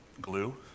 Glue